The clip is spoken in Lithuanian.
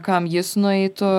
kam jis nueitų